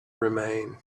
remained